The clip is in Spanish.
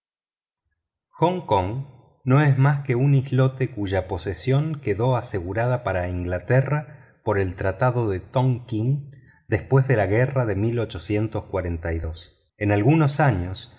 kong no es más que un islote cuya posesión quedó asegurada para inglaterra por el tratado de tonkín después de la guerra de en algunos años